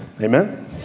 amen